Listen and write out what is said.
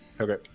Okay